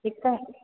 ठीकु आहे